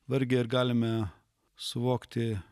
vargiai ar galime suvokti